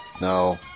No